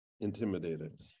intimidated